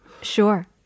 Sure